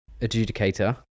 adjudicator